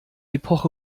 epoche